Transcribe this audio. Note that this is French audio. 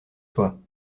toi